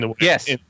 Yes